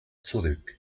zurück